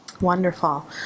Wonderful